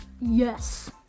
Yes